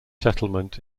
settlement